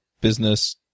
business